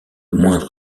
moindre